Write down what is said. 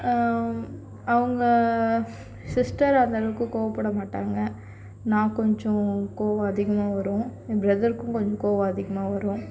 அவங்க சிஸ்டர் அந்த அளவுக்கு கோவப்பட மாட்டாங்க நான் கொஞ்ச கோவம் அதிகமாக வரும் என் பிரதர்க்கும் கொஞ்ச கோவம் அதிகமாக வரும்